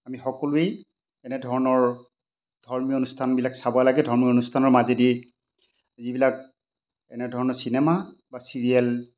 আমি সকলোৱেই এনেধৰণৰ ধৰ্মীয় অনুষ্ঠানবিলাক চাব লাগে ধৰ্মীয় অনুষ্ঠানৰ মাজেদি যিবিলাক এনেধৰণৰ চিনেমা বা চিৰিয়েল